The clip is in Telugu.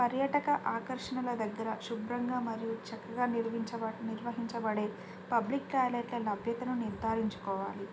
పర్యటక ఆకర్షణల దగ్గర శుభ్రంగా మరియు చక్కగా నిర్వహించబడే పబ్లిక్ టాయిలెట్ల లభ్యతను నిర్ధారించుకోవాలి